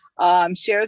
shares